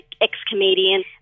ex-comedian